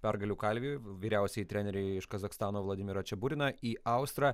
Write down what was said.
pergalių kalvį vyriausiąjį trenerį iš kazachstano vladimiro čeburiną į austrą